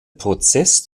prozess